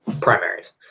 primaries